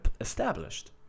established